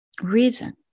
reason